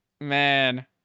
Man